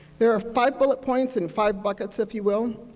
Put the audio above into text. there are five bullet points and five buckets, if you will,